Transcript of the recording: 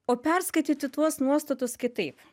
o perskaityti tuos nuostatus kitaip